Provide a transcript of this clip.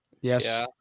Yes